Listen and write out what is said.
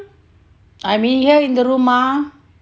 I'm in here in the room mah